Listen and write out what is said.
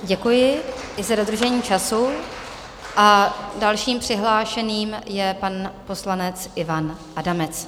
Děkuji i za dodržení času a dalším přihlášeným je pan poslanec Ivan Adamec.